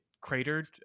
cratered